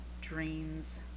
Dreams